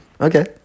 Okay